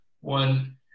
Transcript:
one